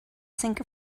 sink